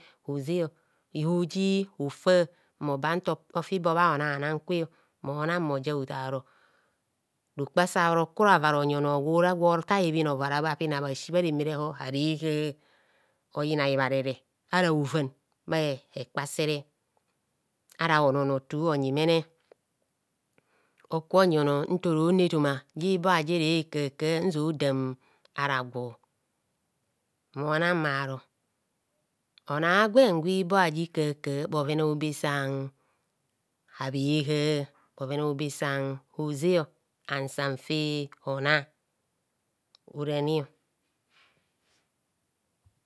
Ozeo ihuji ofa mmoba ntofi bo bhaonanan kwe mona mojaotaoro rokpasa roku ronyi onor gwora gwo tie ebhen avara bha pina bhasi bharemerehor harehar oyinar hibharere ara hovan bha hekpasere ara onono tu onyi mene hoku onyi onor ntoronu etoma ji bo aji ere kaka njia odam ara gwo mona mmaro onor a' gwen gwi bo aji ekaka bhoven a'obe san a'bhe har bhoven a'obe san hozeo an san fe honar oranio.